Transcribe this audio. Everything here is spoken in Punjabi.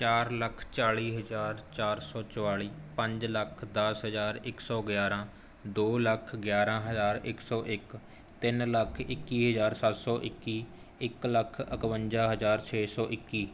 ਚਾਰ ਲੱਖ ਚਾਲ਼ੀ ਹਜ਼ਾਰ ਚਾਰ ਸੌ ਚੁਤਾਲੀ ਪੰਜ ਲੱਖ ਦਸ ਹਜ਼ਾਰ ਇੱਕ ਸੌ ਗਿਆਰਾਂ ਦੋ ਲੱਖ ਗਿਆਰਾਂ ਹਜ਼ਾਰ ਇੱਕ ਸੌ ਇੱਕ ਤਿੰਨ ਲੱਖ ਇੱਕੀ ਹਜ਼ਾਰ ਸੱਤ ਸੌ ਇੱਕੀ ਇੱਕ ਲੱਖ ਇਕਵੰਜਾ ਹਜ਼ਾਰ ਛੇ ਸੌ ਇੱਕੀ